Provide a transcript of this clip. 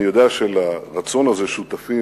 אני יודע שלרצון הזה שותפים